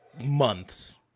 months